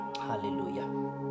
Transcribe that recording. Hallelujah